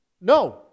No